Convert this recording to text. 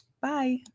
Bye